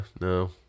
no